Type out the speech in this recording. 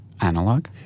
analog